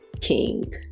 king